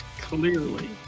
Clearly